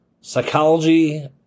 Psychology